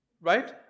Right